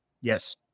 Yes